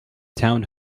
town